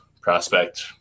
prospect